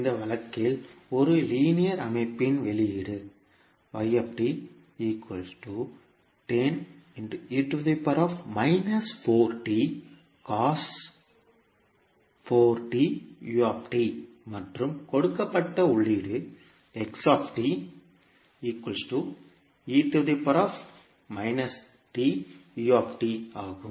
இந்த வழக்கில் ஒரு லீனியர் அமைப்பின் வெளியீடு மற்றும் கொடுக்கப்பட்ட உள்ளீடு ஆகும்